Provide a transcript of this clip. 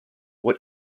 what